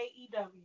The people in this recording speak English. AEW